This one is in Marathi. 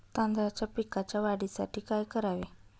तांदळाच्या पिकाच्या वाढीसाठी काय करावे?